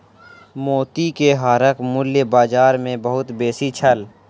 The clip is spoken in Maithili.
मोती के हारक मूल्य बाजार मे बहुत बेसी छल